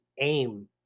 AIM